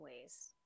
ways